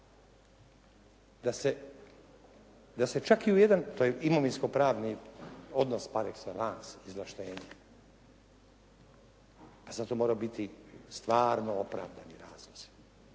da se čak i u jedan imovinsko-pravni odnos par exellance izvlaštenja, a za to mora biti stvarno opravdani razlozi,